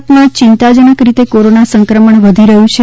સુરતમાં ચિંતાજનક રીતે કોરોના સંક્રમણ વધી રહ્યું છે